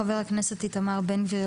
חבר הכנסת איתמר בן גביר,